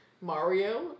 mario